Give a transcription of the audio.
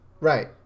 Right